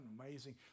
amazing